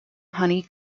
honey